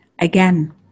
Again